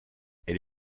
elle